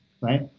right